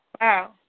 Wow